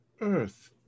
earth